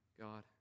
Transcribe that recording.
God